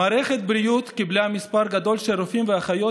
מערכת הבריאות קיבלה מספר גדול של רופאים ואחיות,